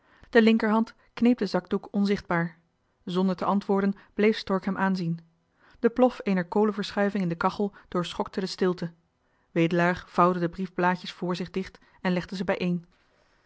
de linkerhand kneep den zakdoek onzichtbaar zonder te antwoorden bleef stork hem aanzien de plof eener kolenverschuiving in de kachel doorschokte de stilte wedelaar vouwde de briefblaadjes vr zich dicht en legde ze